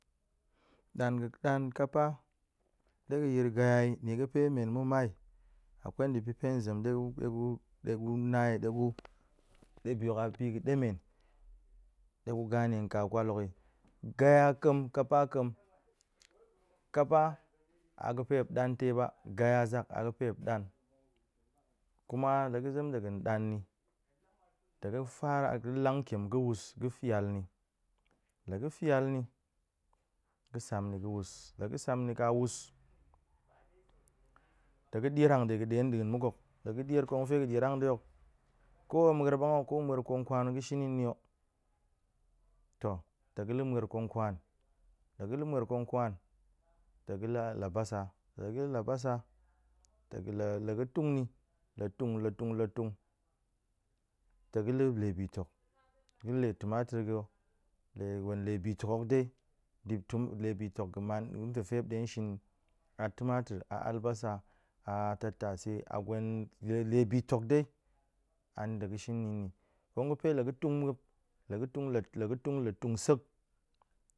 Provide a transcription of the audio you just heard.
Da̱n ga̱ da̱n kapa ɗe ga̱ yir gaya yi nie ga̱pe mai ma̱mai akwa ɗe pe-pe ɗe zem ɗe gu- de gu ɗe gu na yi ɗe gu ɗe bi hok a bi ga̱ ɗemen ɗe gu gane aka kwal hok yi, gaya ƙem kapa ƙem kapa ga̱pe muop ɗa̱n tai ba, gaya zak a ga̱pe muop ɗa̱n kuma la ga̱ zem ɗe ga̱n ɗa̱n ni tong ga̱ fara ga̱ lang tiem ga̱wus ga̱ fiyal ni, la ga̱ fiyal ni, ga̱ sam ni ga̱wus, la ga̱ sam ni ka̱wus, ta̱ ga̱ ɗier hanɗe ga̱ ɗe ɗa̱a̱n muk hok, la ga̱ ɗier kong ga̱fe ga̱ ɗier hanɗe hok, ko ma̱er ɓang hok ko ma̱er konkwan ga̱ shin ni hok, to ta̱ ga̱ la̱ ma̱er konkwan, la ga̱ la̱ maəer konkwan tong ga̱ la̱ labasa, la ga̱ la̱ labasa, ta̱ ga̱ la ga̱ tung ni, la tung, la tung, la tung, ta̱ ga̱ la̱ le bi tok, ga̱ la̱ le tomatar go, le gwen le bi tok hok dai dip tom le bi tok ga̱ man nɗe fe muop ɗe shin ni, a tomatos a albasa, a tattase a gwen le- le bi tok dai ani ta̱ ga̱ shini ni, kong ga̱pe la ga̱ tun muop, la ga̱ tun la-la ga̱ tun la tun sek